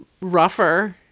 rougher